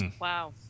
Wow